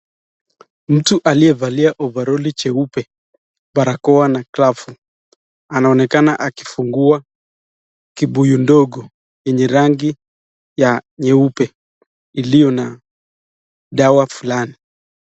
Mtu aliyevalia ovaroli jeupe, barakoa na glavu anaonekana akifungua kibuyu ndogo yenye rangi ya nyeupe iliyo na dawa fulani.